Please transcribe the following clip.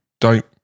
don't-